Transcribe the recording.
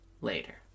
later